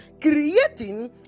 creating